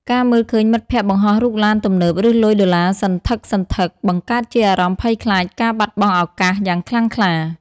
ការមើលឃើញមិត្តភក្តិបង្ហោះរូបឡានទំនើប ឬលុយដុល្លារសន្លឹកៗ បង្កើតជាអារម្មណ៍ភ័យខ្លាចការបាត់បង់ឱកាស យ៉ាងខ្លាំងក្លា។